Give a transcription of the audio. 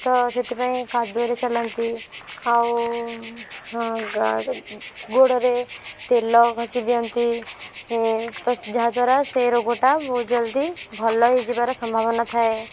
ତ ସେଥିପାଇଁ କାଦୁଅରେ ଚଲାନ୍ତି ଆଉ ହଁ ଗୋଡ଼ରେ ତେଲ ଘଷି ଦିଅନ୍ତି ତ ଯାହାଦ୍ୱାରା ସେଇ ରୋଗଟା ବହୁତ ଜଲଦି ଭଲ ହେଇଯିବାର ସମ୍ଭାବନା ଥାଏ